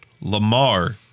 Lamar